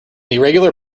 irregular